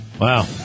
Wow